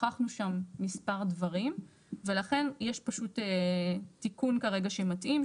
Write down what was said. שכחנו שם מספר דברים ולכן יש פשוט תיקון כרגע שמתאים.